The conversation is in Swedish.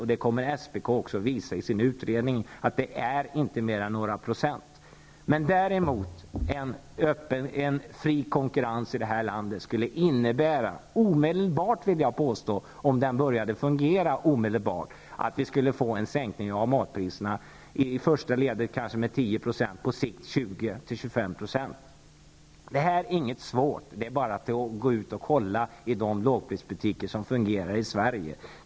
SPK kommer också att visa i sin utredning att det inte är fråga om mer än några procent. En fri konkurrens i det här landet -- som skulle börja fungera omedelbart -- skulle innebära en sänkning av matpriserna i första ledet på 10 % och på sikt 20--25 %. Det här är inget svårt. Det är bara att kolla i lågprisbutikerna som redan finns i Sverige.